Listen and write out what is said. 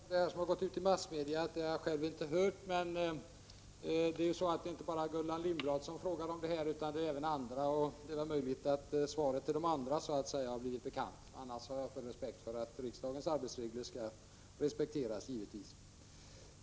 Herr talman! Får jag bara säga att det som gått ut i massmedia har jag själv inte hört. Men det är inte bara Gullan Lindblad som frågat om detta. Det är möjligt att det var svaret till de andra som blivit bekant. Annars har jag givetvis full respekt för att riksdagens arbetsregler skall följas.